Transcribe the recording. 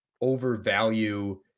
overvalue